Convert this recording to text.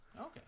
Okay